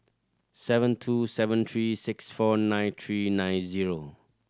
seven two seven three six four nine three nine zero